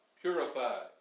purified